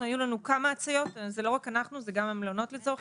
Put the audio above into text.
היו לנו - זה לא רק אנחנו אלא גם המלונות לצורך